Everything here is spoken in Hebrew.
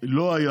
לא היה